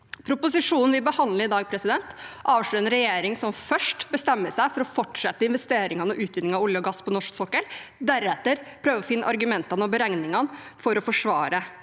Proposisjonen vi behandler i dag, avslører en regjering som først bestemmer seg for å fortsette med investeringene og utvinning av olje og gass på norsk sokkel, og deretter prøver å finne argumentene og beregningene for å forsvare